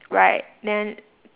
right then